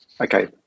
okay